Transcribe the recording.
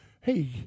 Hey